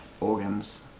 organs